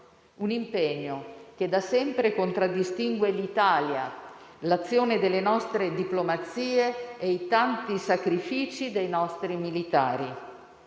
un impegno che da sempre contraddistingue l'Italia, l'azione delle nostre diplomazie e i tanti sacrifici dei nostri militari.